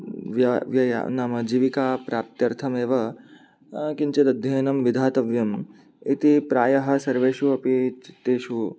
व्या व्यय नाम जीविकाप्राप्त्यर्थमेव किञ्चिद् अध्ययनं विधातव्यम् इति प्रायः सर्वेषु अपि चित्तेषु